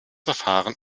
verfahren